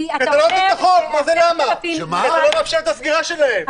כי אתה לא מאפשר את הסגירה שלהם,